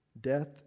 death